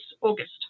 August